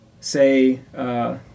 Say –